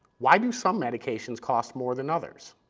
why do some medications cost more than others?